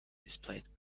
displayed